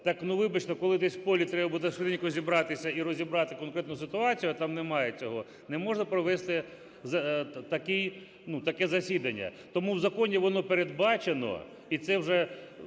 так, вибачте, коли десь в полі швиденько треба буде зібратися і розібрати конкретну ситуацію, а там немає цього, не можна провести таке засідання. Тому в законі воно передбачено, і це вже